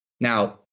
Now